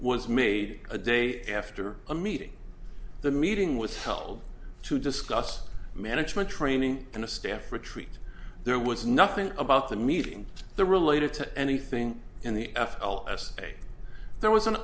was made a day after a meeting the meeting was held to discuss management training and a staff retreat there was nothing about the meeting the related to anything in the f l s a there was an